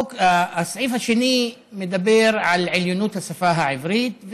הסעיף השני מדבר על עליונות השפה העברית,